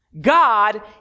God